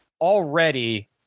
already